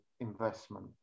investment